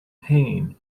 pain